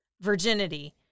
virginity